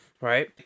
right